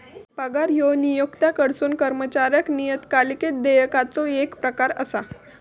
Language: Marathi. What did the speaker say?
पगार ह्यो नियोक्त्याकडसून कर्मचाऱ्याक नियतकालिक देयकाचो येक प्रकार असा